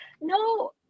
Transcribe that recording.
no